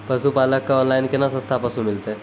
पशुपालक कऽ ऑनलाइन केना सस्ता पसु मिलतै?